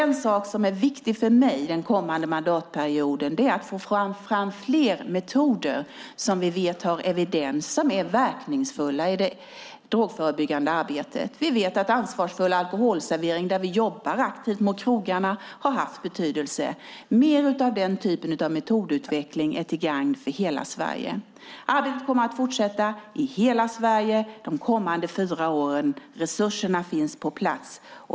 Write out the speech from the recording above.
Något som är viktigt för mig den kommande mandatperioden är att få fram fler metoder som vi vet har evidens och är verkningsfulla i det drogförebyggande arbetet. Vi vet att Ansvarsfull alkoholservering, där vi jobbar aktivt mot krogarna, har haft betydelse. Mer av den typen av metodutveckling är till gagn för hela Sverige. Arbetet kommer att fortsätta i hela Sverige de kommande fyra åren. Resurserna finns på plats.